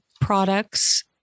products